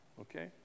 okay